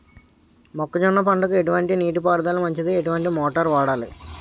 మొక్కజొన్న పంటకు ఎటువంటి నీటి పారుదల మంచిది? ఎటువంటి మోటార్ వాడాలి?